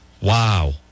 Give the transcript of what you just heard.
Wow